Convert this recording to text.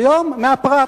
היום מהפרט,